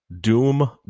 Doom